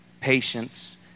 patience